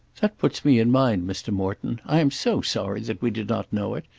that puts me in mind, mr. morton. i am so sorry that we did not know it,